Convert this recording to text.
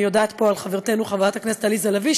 אני יודעת פה על חברתנו חברת הכנסת עליזה לביא,